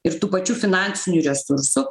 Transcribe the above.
ir tų pačių finansinių resursų